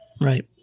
Right